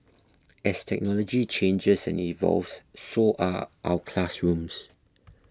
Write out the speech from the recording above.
as technology changes and evolves so are our classrooms